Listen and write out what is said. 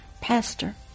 pastor